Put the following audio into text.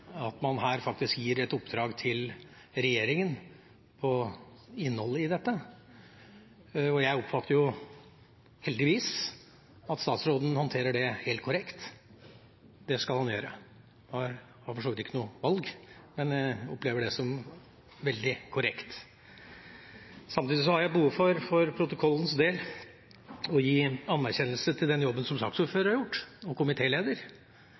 at man her faktisk gir et oppdrag til regjeringen på innholdet i dette, og jeg oppfatter jo – heldigvis – at statsråden håndterer det helt korrekt. Det skal han gjøre, han har for så vidt ikke noe valg, men jeg opplever det som veldig korrekt. Samtidig har jeg behov for, for protokollens del, å gi anerkjennelse til den jobben som saksordføreren og